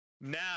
Now